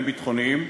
מהם ביטחוניים,